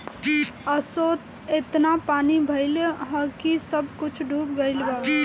असो एतना पानी भइल हअ की सब कुछ डूब गईल बा